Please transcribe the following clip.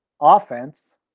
offense